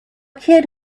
kid